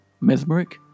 mesmeric